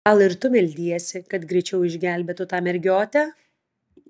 gal ir tu meldiesi kad greičiau išgelbėtų tą mergiotę